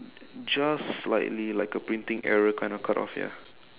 just slightly like a printing error kind of cut off ya